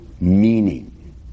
meaning